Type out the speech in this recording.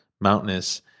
mountainous